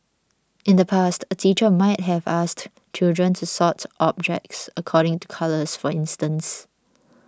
in the past a teacher might have asked children to sort objects according to colours for instance